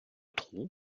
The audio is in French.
trou